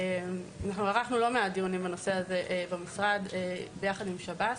אנחנו ערכנו לא מעט דיונים בנושא הזה במשרד ביחד עם שב"ס.